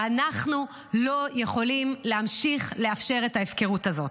ואנחנו לא יכולים להמשיך לאפשר את ההפקרות הזאת.